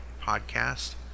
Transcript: podcast